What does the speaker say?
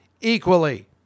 equally